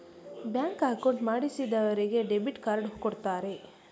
bank account ಮಾಡಿಸಿದರಿಗೆ debit card ಕೊಡ್ತಾರೆ